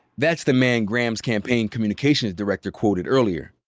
that's the man graham's campaign communications director quoted earlier.